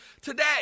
today